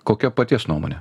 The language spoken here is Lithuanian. kokia paties nuomonė